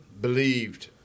believed